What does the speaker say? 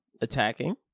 attacking